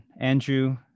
Andrew